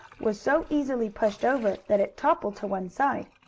was so easily pushed over, that it toppled to one side.